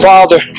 Father